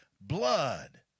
blood